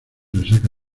resaca